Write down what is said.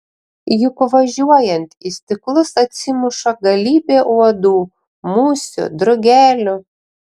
juk važiuojant į stiklus atsimuša galybė uodų musių drugelių